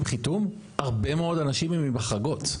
חיתום הרבה מאוד אנשים הם עם החרגות.